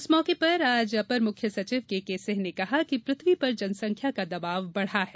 इस मौके पर अपर मुख्य सचिव केके सिंह ने कहा कि पृथ्वी पर जनसंख्या का दबाव बढ़ा है